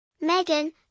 Megan